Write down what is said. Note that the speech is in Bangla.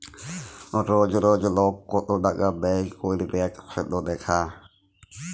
রজ রজ লক কত টাকা ব্যয় ক্যইরবেক সেট দ্যাখা